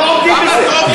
לא עומדים בזה.